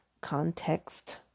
Context